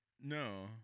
No